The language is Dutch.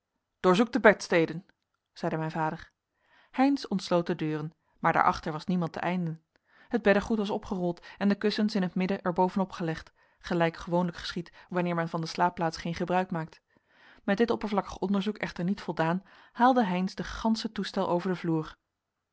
doorzoekt de bedsteden zeide mijn vader heynsz ontsloot de deuren maar daar achter was niemand te einden het beddegoed was opgerold en de kussens in t midden er boven op gelegd gelijk gewoonlijk geschiedt wanneer men van de slaapplaats geen gebruik maakt met dit oppervlakkig onderzoek echter niet voldaan haalde heynsz den ganschen toestel over den vloer